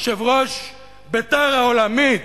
יושב-ראש בית"ר העולמי,